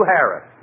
Harris